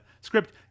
script